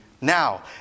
now